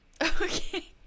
okay